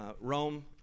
Rome